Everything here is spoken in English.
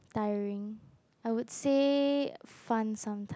tiring I would say fun sometime